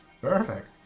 Perfect